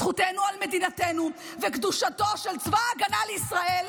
זכותנו על מדינתנו וקדושתו של צבא ההגנה לישראל,